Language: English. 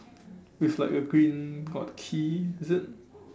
with like a green got key is it